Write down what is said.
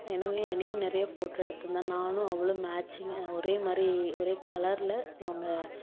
anyway என்னையும் நிறைய photo எடுத்திருந்தா நானும் அவளும் மேட்சிங் ஒரே மாதிரி ஒரே கலரில் நாங்கள்